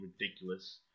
ridiculous